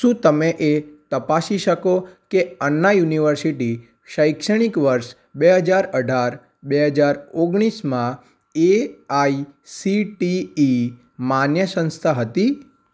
શું તમે એ તપાસી શકો કે અન્ના યુનિવર્સિટી શૈક્ષણિક વર્ષ બે હજાર અઢાર બે હજાર ઓગણીસમાં A I C T E માન્ય સંસ્થા હતી